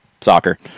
soccer